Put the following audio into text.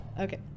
Okay